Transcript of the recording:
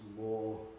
more